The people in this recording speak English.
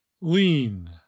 Lean